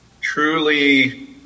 truly